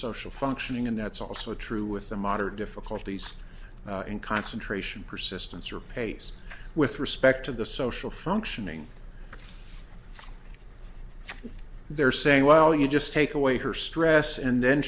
social functioning and that's also true with the modern difficulties in concentration persistence or pace with respect to the social functioning there saying well you just take away her stress and then